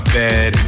bed